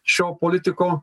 šio politiko